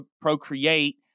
procreate